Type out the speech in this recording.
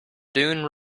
dune